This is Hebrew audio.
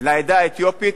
לעדה האתיופית